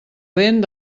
vent